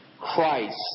Christ